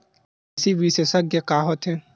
कृषि विशेषज्ञ का होथे?